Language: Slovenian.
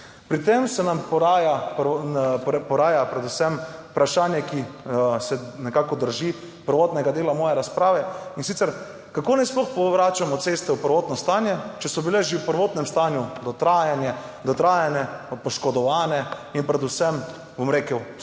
pri tem se nam poraja predvsem vprašanje, ki se nekako drži prvotnega dela moje razprave in sicer, kako naj sploh vračamo ceste v prvotno stanje, če so bile že v prvotnem stanju dotrajane, poškodovane in predvsem, bom rekel,